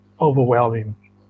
overwhelming